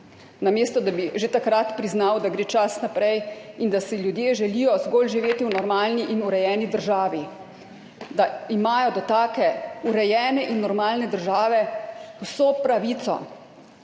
namesto da bi že takrat priznal, da gre čas naprej in da si ljudje želijo zgolj živeti v normalni in urejeni državi, da imajo do take urejene in normalne države vso pravico.